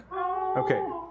Okay